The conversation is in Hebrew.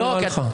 נראה לך?